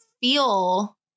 feel